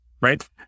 right